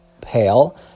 pale